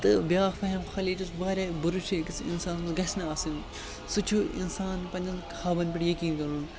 تہٕ بیٛاکھ فٮ۪ہَم خیٲلی یُس واریاہ بُرٕ چھِ أکِس اِنسانَس گژھِ نہٕ آسٕنۍ سُہ چھُ اِنسان پنٛنٮ۪ن خابَن پٮ۪ٹھ یقیٖن کَرُن